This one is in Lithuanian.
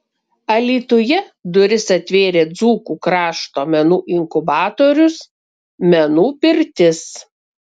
alytuje duris atvėrė dzūkų krašto menų inkubatorius menų pirtis